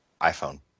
iPhone